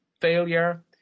failure